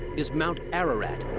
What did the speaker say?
is mount ararat.